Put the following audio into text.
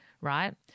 Right